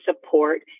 support